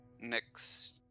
Next